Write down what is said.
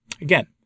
Again